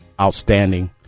outstanding